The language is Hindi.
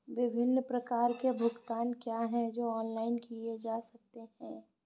विभिन्न प्रकार के भुगतान क्या हैं जो ऑनलाइन किए जा सकते हैं?